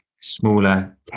smaller